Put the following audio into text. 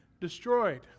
destroyed